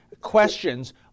questions